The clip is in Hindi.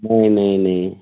नहीं नहीं नहीं